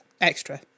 extra